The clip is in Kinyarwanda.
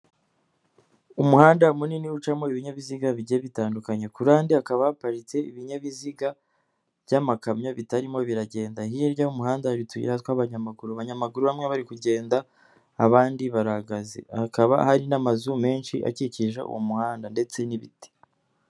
Umuhanda munini ucamo ibinyabiziga bigiye bitandukanye, ku ruhande hakaba haparitse ibinyabiziga by'amakamyo bitarimo biragenda, hirya y'umuhanda hari utuyira tw'abanyamaguru. Abanyamaguru bamwe barikugenda abandi barahagaze ahhakaba hari n'amazu menshi akikije uwo muhanda ndetse n'ibiti.